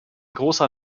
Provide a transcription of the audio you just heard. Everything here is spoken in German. großer